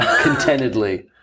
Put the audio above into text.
contentedly